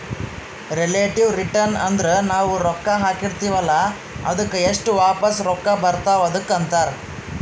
relative return ಅಂದುರ್ ನಾವು ರೊಕ್ಕಾ ಹಾಕಿರ್ತಿವ ಅಲ್ಲಾ ಅದ್ದುಕ್ ಎಸ್ಟ್ ವಾಪಸ್ ರೊಕ್ಕಾ ಬರ್ತಾವ್ ಅದುಕ್ಕ ಅಂತಾರ್